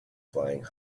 flying